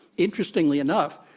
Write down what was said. interestingly enough,